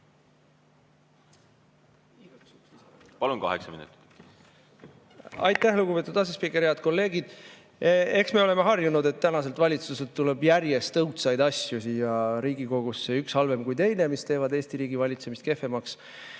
Palun! Kaheksa minutit.